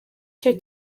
cyo